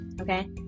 okay